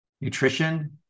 nutrition